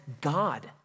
God